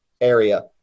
area